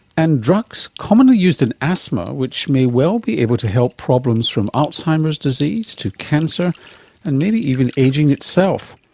and drugs commonly used in asthma which may well be able to help problems from alzheimer's disease to cancer and maybe even ageing itself.